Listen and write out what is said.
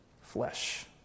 flesh